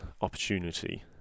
opportunity